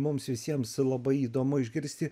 mums visiems labai įdomu išgirsti